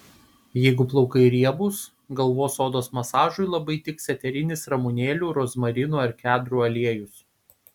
jeigu plaukai riebūs galvos odos masažui labai tiks eterinis ramunėlių rozmarinų ar kedrų aliejus